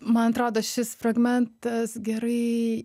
man atrodo šis fragmentas gerai